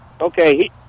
Okay